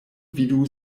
vidu